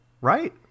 right